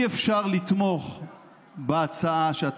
ההערה נשמעה, גלית.